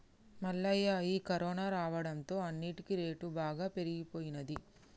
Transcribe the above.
మల్లయ్య ఈ కరోనా రావడంతో అన్నిటికీ రేటు బాగా పెరిగిపోయినది